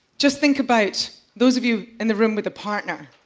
just think about, those of you in the room with a partner,